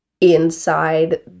inside